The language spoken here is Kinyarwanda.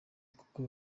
kuko